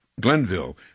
Glenville